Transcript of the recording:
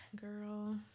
Girl